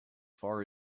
far